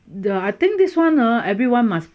I think this one ah everyone must ah